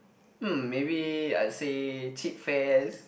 hm maybe I would say cheap fairs